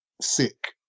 sick